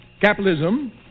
Capitalism